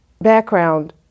background